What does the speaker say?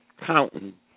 counting